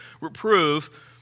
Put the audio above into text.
reprove